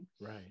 Right